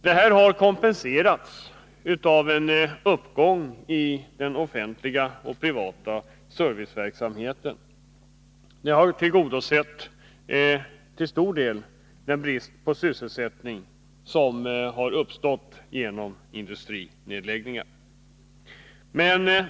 Det har kompenserats av en uppgång i den offentliga och privata serviceverksamheten. Detta har till stor del kompenserat den brist på sysselsättning som har uppstått genom industrinedläggningar.